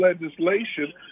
legislation